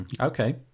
Okay